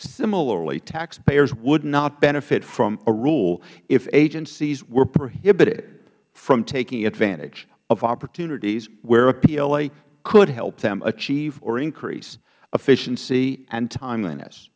similarly taxpayers would not benefit from a rule if agencies were prohibited from taking advantage of opportunities where a pla could help them achieve or increase efficiency and tim